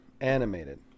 animated